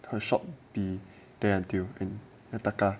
shop B there until taka